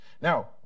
Now